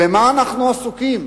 במה אנחנו עסוקים?